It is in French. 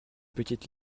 petite